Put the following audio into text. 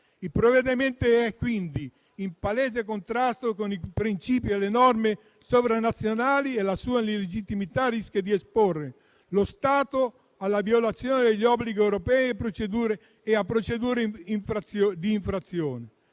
Il provvedimento è quindi in palese contrasto con i principi e le norme sovranazionali e la sua illegittimità rischia di esporre lo Stato alla violazione degli obblighi europei e a procedure di infrazione.